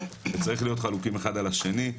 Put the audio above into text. וצריך להיות חלוקים אחד על השני,